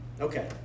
Okay